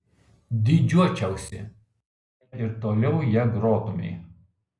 didžiuočiausi jei ir toliau ja grotumei